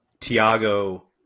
Tiago